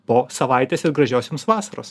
po savaitės ir gražios jums vasaros